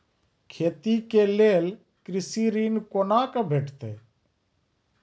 खेती के लेल कृषि ऋण कुना के भेंटते?